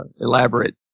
elaborate